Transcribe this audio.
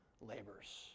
labors